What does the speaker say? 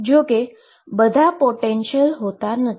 જો કે બધા પોટેંશીઅલ હોતા નથી